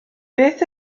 beth